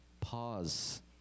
Pause